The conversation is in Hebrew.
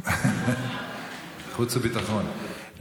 חוץ וביטחון.